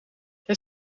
het